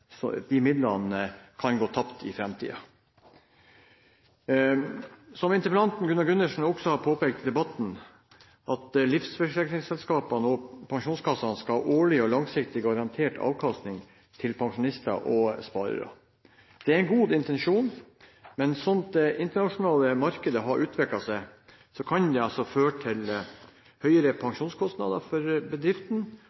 produktene. Vi kan ikke se på at disse midlene går tapt i framtiden. Interpellanten Gunnar Gundersen påpekte også i debatten at livsforsikringsselskapene og pensjonskassene skal ha årlig og langsiktig garantert avkastning for pensjonister og sparere. Det er en god intensjon, men slik det internasjonale markedet har utviklet seg, kan det føre til